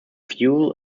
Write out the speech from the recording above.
fuel